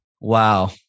wow